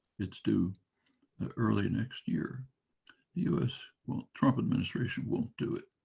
it's due early next year the u s. well trump administration won't do it